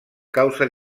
causa